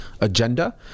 agenda